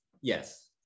yes